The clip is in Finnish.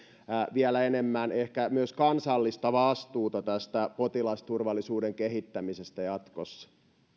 vielä enemmän ehkä myös kansallista vastuuta potilasturvallisuuden kehittämisestä jatkossa